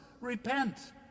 Repent